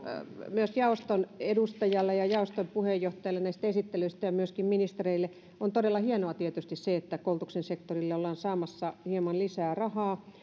myös jaoston edustajalle ja jaoston puheenjohtajalle näistä esittelyistä ja myöskin ministereille on todella hienoa tietysti se että koulutuksen sektorille ollaan saamassa hieman lisää rahaa